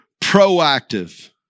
proactive